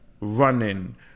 running